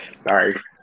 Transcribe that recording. Sorry